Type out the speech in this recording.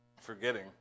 forgetting